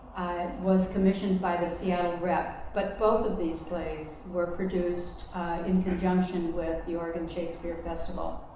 was commissioned by the seattle rep. but both of these plays were produced in conjunction with the oregon shakespeare festival.